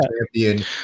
champion